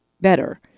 better